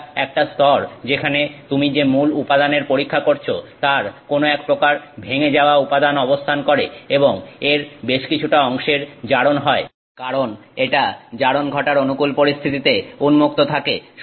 এটা একটা স্তর যেখানে তুমি যে মূল উপাদানের পরীক্ষা করছো তার কোনো একপ্রকার ভেঙে যাওয়া উপাদান অবস্থান করে এবং এর বেশ কিছুটা অংশের জারণ হয় কারণ এটা জারণ ঘটার অনুকূল পরিস্থিতিতে উন্মুক্ত থাকে